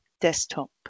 desktop